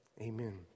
amen